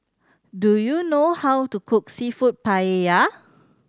do you know how to cook Seafood Paella